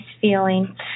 feeling